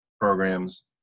programs